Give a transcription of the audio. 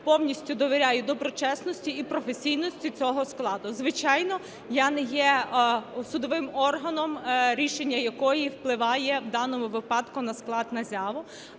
повністю довіряю доброчесності і професійності цього складу. Звичайно, я не є судовим органом, рішення якої впливає в даному випадку на склад НАЗЯВО,